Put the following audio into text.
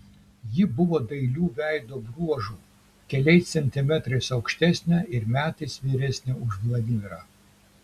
ji buvo dailių veido bruožų keliais centimetrais aukštesnė ir metais vyresnė už vladimirą